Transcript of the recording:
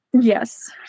Yes